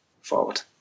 forward